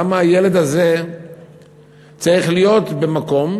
למה הילד הזה צריך להיות במקום,